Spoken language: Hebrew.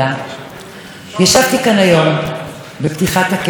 ישבתי כאן היום בפתיחת הכנס, כמו כולכם,